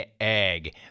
egg